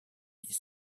est